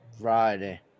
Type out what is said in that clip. Friday